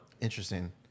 Interesting